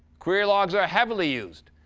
query logs are heavily used.